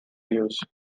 use